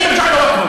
(אומר בערבית: אתה כבר לא מבין ערבית?) לָא.